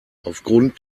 aufgrund